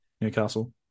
Newcastle